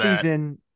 season